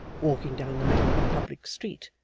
walking down the middle of a public street,